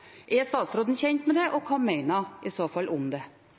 Er statsråden kjent med det, og hva mener hun i så fall om det?